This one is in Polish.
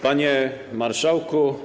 Panie Marszałku!